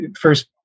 first